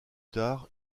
tard